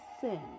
sin